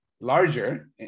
larger